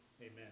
Amen